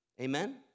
Amen